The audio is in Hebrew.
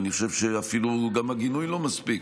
אני חושב אפילו שגם הגינוי לא מספיק,